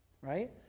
right